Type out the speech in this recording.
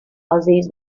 aziz